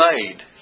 made